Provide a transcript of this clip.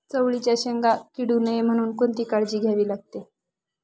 चवळीच्या शेंगा किडू नये म्हणून कोणती काळजी घ्यावी लागते?